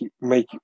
make